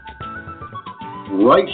right